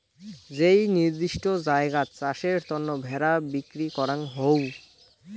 যেই নির্দিষ্ট জায়গাত চাষের তন্ন ভেড়া বিক্রি করাঙ হউ